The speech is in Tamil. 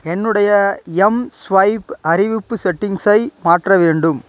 என்னுடைய எம்ஸ்வைப் அறிவிப்பு செட்டிங்ஸை மாற்ற வேண்டும்